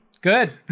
Good